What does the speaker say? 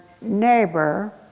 neighbor